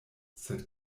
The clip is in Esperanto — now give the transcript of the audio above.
sed